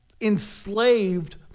enslaved